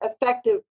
effective